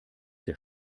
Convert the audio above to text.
der